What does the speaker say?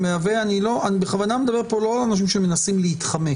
אני בכוונה לא מדבר על אנשים שמנסים להתחמק.